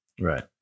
Right